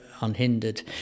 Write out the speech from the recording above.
unhindered